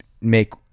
make